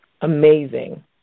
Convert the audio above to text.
amazing